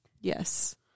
Yes